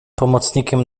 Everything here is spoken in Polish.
pomocnikiem